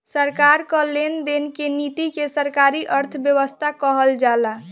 सरकार कअ लेन देन की नीति के सरकारी अर्थव्यवस्था कहल जाला